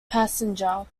passenger